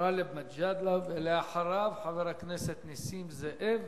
גאלב מג'אדלה, אחריו, חבר הכנסת נסים זאב,